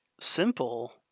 simple